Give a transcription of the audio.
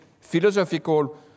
philosophical